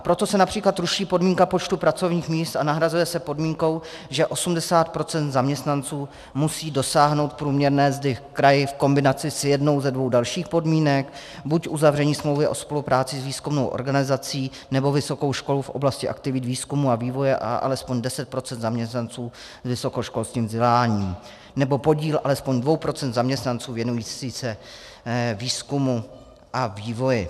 Proto se například ruší podmínka počtu pracovních míst a nahrazuje se podmínkou, že 80 % zaměstnanců musí dosáhnout průměrné mzdy v kraji v kombinaci s jednou ze dvou dalších podmínek, buď uzavření smlouvy o spolupráci s výzkumnou organizací nebo vysokou školou v oblasti aktivit výzkumu a vývoje a alespoň 10 % zaměstnanců s vysokoškolským vzděláním, nebo podíl alespoň 2 % zaměstnanců věnujících se výzkumu a vývoji.